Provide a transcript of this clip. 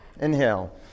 Inhale